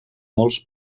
molts